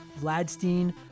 Vladstein